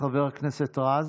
חבר הכנסת רז,